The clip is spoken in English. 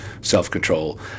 self-control